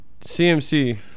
CMC